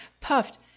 puffed